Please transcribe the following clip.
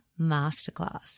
masterclass